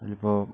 അതിലിപ്പോൾ